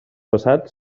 passat